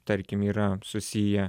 tarkim yra susiję